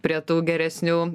prie tų geresnių